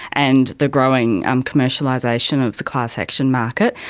and the growing um commercialisation of the class action market.